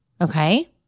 Okay